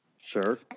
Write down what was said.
sure